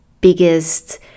biggest